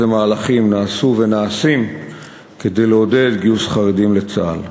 מהלכים נעשו ונעשים כדי לעודד גיוס חרדים לצה"ל.